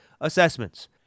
assessments